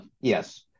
yes